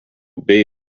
bei